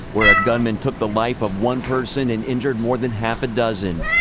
where a gunman took the life of one person and injured more than half a dozen.